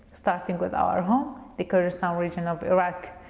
starting with our home, the kurdistan region of iraq.